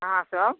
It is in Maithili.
अहाँ सब